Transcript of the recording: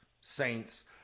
saints